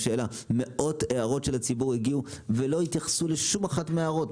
מאות הערות של הציבור הגיעו ולא התייחסו לאף אחת מההערות.